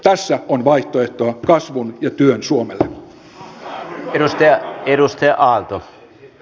tässä on vaihtoehtoa kasvun ja työn suomelle